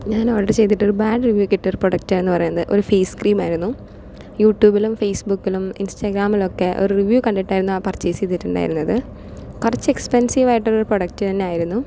ഞാൻ ഓർഡർ ചെയ്തിട്ട് ഒരു ബാഡ് റിവ്യൂ ഇട്ട ഒരു പ്രോഡക്റ്റ് എന്ന് പറയുന്നത് ഒരു ഫേസ് ക്രീമായിരുന്നു യൂട്യുബിലും ഫേസ്ബുക്കിലും ഇൻസ്റ്റാഗ്രാമിൽ ഒക്കെ റിവ്യൂ കണ്ടിട്ടായിരുന്നു ആ പർച്ചെയ്സ് ചെയ്തിട്ടുണ്ടായിരുന്നത് കുറച്ച് എക്സ്പെൻസീവ് ആയിട്ടുള്ള ഒരു പ്രൊഡക്റ്റ് തന്നെ ആയിരുന്നു